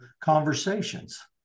conversations